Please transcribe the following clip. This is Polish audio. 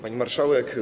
Pani Marszałek!